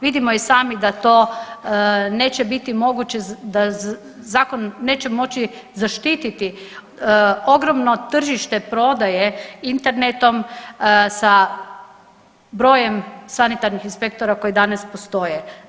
Vidimo i sami da to neće biti moguće, da zakon neće moći zaštititi ogromno tržište prodaje internetom, sa brojem sanitarnih inspektora koji danas postoje.